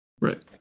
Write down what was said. Right